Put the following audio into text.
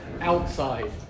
outside